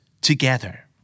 together